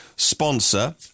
sponsor